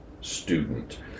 student